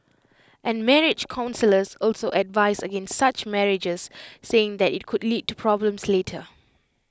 and marriage counsellors also advise against such marriages saying that IT could lead to problems later